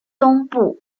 东部